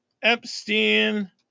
Epstein